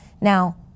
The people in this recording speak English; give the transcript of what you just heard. Now